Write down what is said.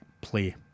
play